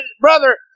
brother